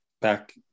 back